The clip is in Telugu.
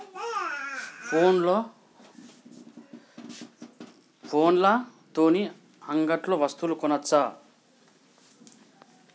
ఫోన్ల తోని అంగట్లో వస్తువులు కొనచ్చా?